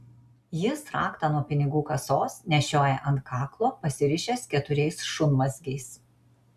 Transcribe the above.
jis raktą nuo pinigų kasos nešioja ant kaklo pasirišęs keturiais šunmazgiais